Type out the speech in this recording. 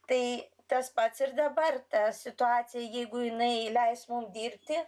tai tas pats ir dabar ta situacija jeigu jinai leis mum dirbti